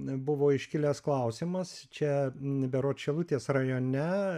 buvo iškilęs klausimas čia berod šilutės rajone